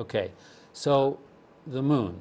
ok so the moon